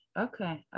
okay